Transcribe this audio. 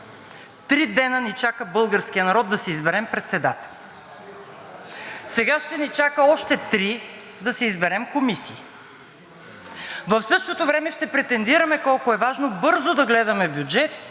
Три дни ни чака българският народ да си изберем председател. Сега ще ни чака още три да си изберем комисии. В същото време ще претендираме колко е важно бързо за гледаме бюджета